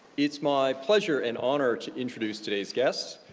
it's my pleasure and honor to introduce today's guest,